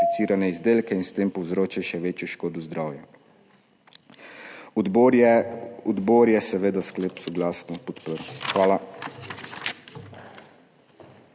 izdelke in s tem povzroča še večjo škodo zdravju. Odbor je seveda sklep soglasno podprl. Hvala.